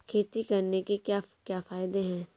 खेती करने से क्या क्या फायदे हैं?